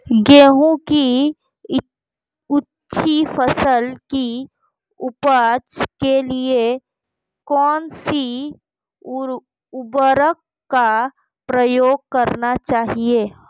गेहूँ की अच्छी फसल की उपज के लिए कौनसी उर्वरक का प्रयोग करना चाहिए?